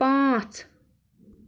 پانٛژ